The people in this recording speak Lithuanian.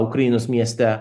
ukrainos mieste